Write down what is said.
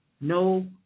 no